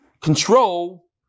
control